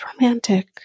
romantic